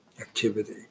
activity